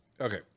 Okay